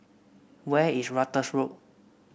where is Ratus Road